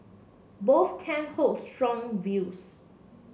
both camp hold strong views